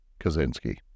Kaczynski